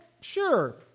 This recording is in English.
sure